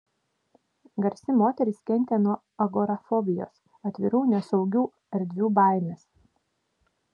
garsi moteris kentė nuo agorafobijos atvirų nesaugių erdvių baimės